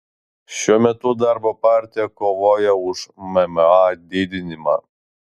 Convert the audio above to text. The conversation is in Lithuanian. šiuo metu darbo partija kovoja už mma didinimą